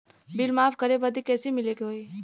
Bill माफ करे बदी कैसे मिले के होई?